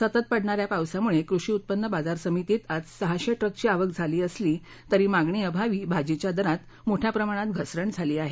सतत पडणा या पावसामुळे कृषी उत्पन्न बाजार समितीमध्ये आज सहाशे ट्रकची आवक झाली असली तरीही मागणीअभावी भाजीच्या दरामध्ये मोठ्या प्रमाणात घसरण झाली आहे